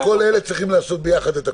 שכל אלה צריכים לעשות ביחד את הכול.